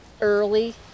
early